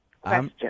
question